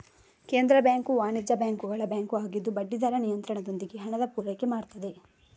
ಕೇಂದ್ರ ಬ್ಯಾಂಕು ವಾಣಿಜ್ಯ ಬ್ಯಾಂಕುಗಳ ಬ್ಯಾಂಕು ಆಗಿದ್ದು ಬಡ್ಡಿ ದರ ನಿಯಂತ್ರಣದೊಂದಿಗೆ ಹಣದ ಪೂರೈಕೆ ಮಾಡ್ತದೆ